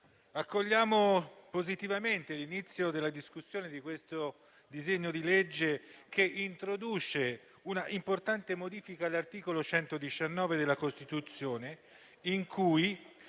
accogliamo positivamente l'inizio della discussione del disegno di legge che introduce un'importante modifica all'articolo 119 della Costituzione con cui,